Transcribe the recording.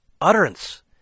utterance